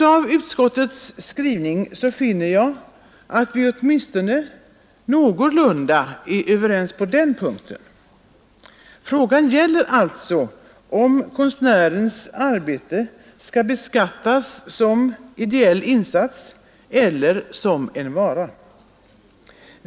Av utskottets skrivning finner jag att vi åtminstone någorlunda är överens på den punkten, Frågan gäller alltså om konstnärers arbete skall beskattas som ideell insats eller som en vara.